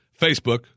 Facebook